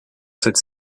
cette